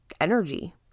energy